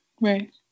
Right